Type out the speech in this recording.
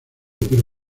pero